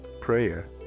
prayer